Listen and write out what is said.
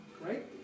right